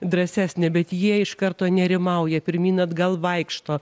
drąsesnė bet jie iš karto nerimauja pirmyn atgal vaikšto